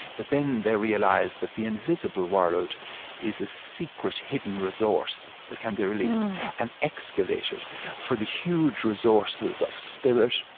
that then they realize that the invisible world is a secret, hidden resource that can be released and excavated for the huge resources of spirit,